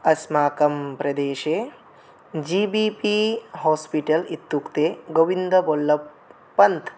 अस्माकं प्रदेशे G B P hospital इत्युक्ते गोविन्दबल्लभ पन्थ्